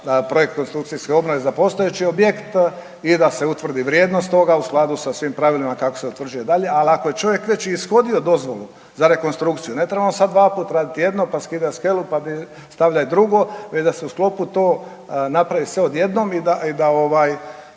projekt konstrukcijske obnove za postojeći objekt i da se utvrdi vrijednost u skladu sa svim pravilima kako se utvrđuje dalje. Ali ako je čovjek već i ishodio dozvolu za rekonstrukciju, ne trebamo sad dvaput raditi jedno, pa skidati skelu, pa stavljaj drugo već da se u sklopu to napravi sve odjednom i da